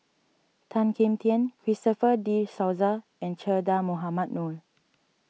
Tan Kim Tian Christopher De Souza and Che Dah Mohamed Noor